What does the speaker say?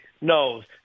knows